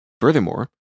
Furthermore